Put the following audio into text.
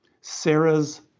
Sarah's